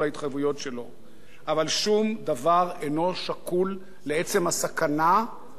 אבל שום דבר אינו שקול לעצם הסכנה לקיומו של הערוץ.